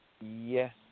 Yes